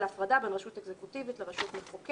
על הפרדה בין רשות אקזקוטיבית לרשות מחוקקת".